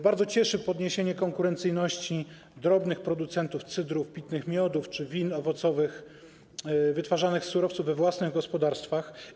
Bardzo cieszy zwiększenie konkurencyjności drobnych producentów cydrów, pitnych miodów czy win owocowych wytwarzanych z surowców we własnych gospodarstwach.